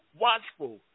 watchful